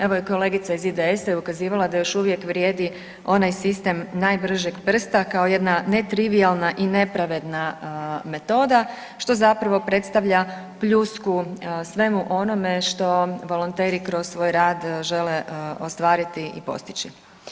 Evo i kolegica iz IDS-a je ukazivala da još uvijek vrijedi onaj sistem najbržeg prsta kao jedna netrivijalna i nepravilna metoda što zapravo predstavlja pljusku svemu onome što volonteri kroz svoj rad žele ostvariti i postići.